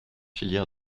filières